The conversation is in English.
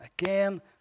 again